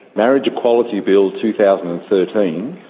marriage equality bill two thousand and thirteen,